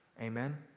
Amen